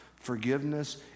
Forgiveness